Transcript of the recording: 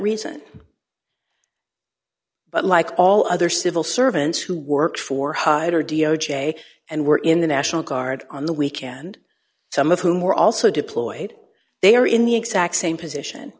reason but like all other civil servants who work for hyder d o j and were in the national guard on the weekend some of whom were also deployed they are in the exact same position